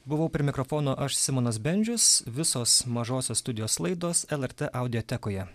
buvau prie mikrofono aš simonas bendžius visos mažosios studijos laidos lrt audiatekoje